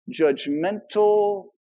judgmental